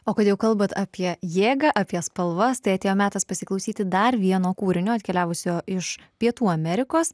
o kad jau kalbat apie jėgą apie spalvas tai atėjo metas pasiklausyti dar vieno kūrinio atkeliavusio iš pietų amerikos